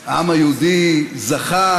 נעם היהודי זכה,